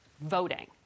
voting